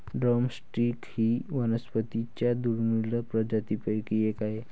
drum stick ही वनस्पतीं च्या दुर्मिळ प्रजातींपैकी एक आहे